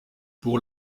pour